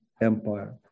Empire